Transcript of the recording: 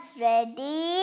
ready